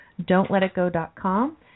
DontLetItGo.com